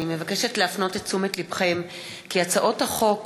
אני מבקשת להפנות את תשומת לבכם כי הצעות החוק